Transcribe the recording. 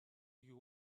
you